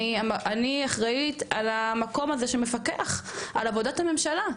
אני אחראית על המקום הזה שמפקח על עבודת הממשלה,